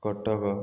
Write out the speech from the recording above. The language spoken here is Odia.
କଟକ